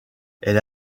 elle